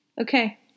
Okay